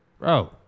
Bro